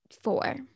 four